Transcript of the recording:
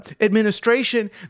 administration